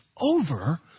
over